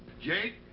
jake,